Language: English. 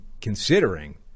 considering